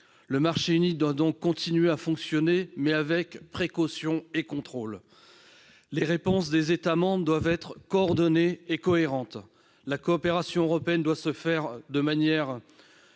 le marché unique doit donc continuer de fonctionner, mais avec précaution et contrôle. Les réponses des États membres doivent être coordonnées et cohérentes. La coopération européenne doit jouer en matière